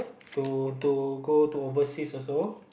to to go to overseas also